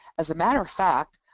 as a matter of fact,